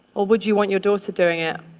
ah would you want your daughter doing it?